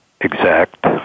exact